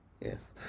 Yes